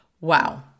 Wow